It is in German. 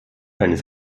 eines